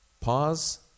pause